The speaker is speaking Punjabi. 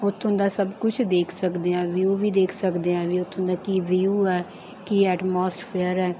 ਉੱਥੋਂ ਦਾ ਸਭ ਕੁਛ ਦੇਖ ਸਕਦੇ ਹਾਂ ਵਿਊ ਵੀ ਦੇਖ ਸਕਦੇ ਹਾਂ ਵੀ ਉੱਥੋਂ ਦਾ ਕੀ ਵਿਊ ਆ ਕੀ ਐਟਮੋਸਫੇਅਰ ਹੈ